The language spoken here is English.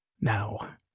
Now